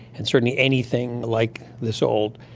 and certainly anything like this old.